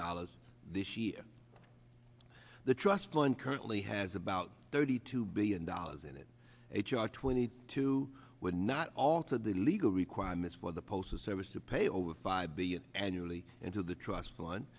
dollars this year the trust fund currently has about thirty two billion dollars in it h r twenty two would not alter the legal requirements for the postal service to pay over five billion annually until the trust on